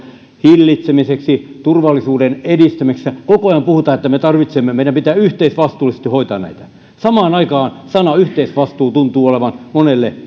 hillitsemiseksi turvallisuuden edistämiseksi koko ajan puhutaan että meidän pitää yhteisvastuullisesti hoitaa näitä samaan aikaan sana yhteisvastuu tuntuu olevan monelle